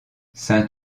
saint